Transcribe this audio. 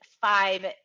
five